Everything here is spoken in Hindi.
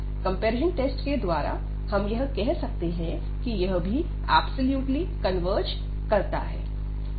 कंपैरिजन टेस्ट के द्वारा हम यह कह सकते हैं कि यह भी ऐब्सोल्युटली कन्वर्ज करता है